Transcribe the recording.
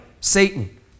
Satan